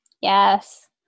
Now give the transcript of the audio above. yes